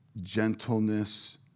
gentleness